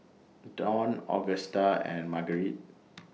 Dawn Agusta and Marguerite